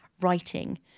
writing